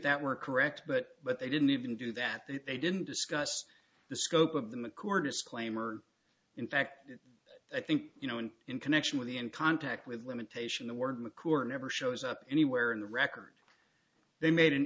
that were correct but but they didn't even do that that they didn't discuss the scope of the macor disclaimer in fact i think you know and in connection with the in contact with limitation the word macor never shows up anywhere in the record they made an